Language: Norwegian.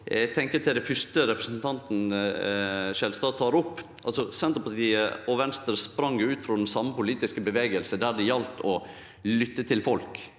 i landet. Til det fyrste representanten Skjelstad tok opp: Senterpartiet og Venstre sprang ut frå den same politiske bevegelsen, der det gjaldt å lytte til folk.